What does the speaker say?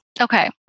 Okay